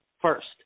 first